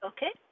Okay